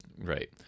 Right